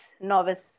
Novice